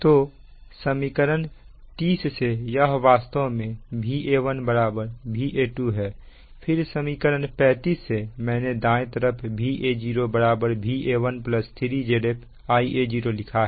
तो समीकरण 33 से यह वास्तव में Va1 Va2 है फिर समीकरण 35 से मैंने दाएं तरफ Va0 Va1 3 Zf Ia0लिखा है